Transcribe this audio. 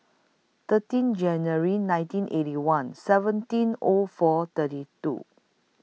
thirteen January nineteen Eighty One seventeen O four thirty two